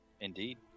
Indeed